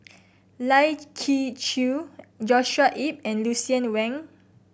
Lai Kew Chai Joshua Ip and Lucien Wang